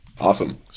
Awesome